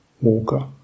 walker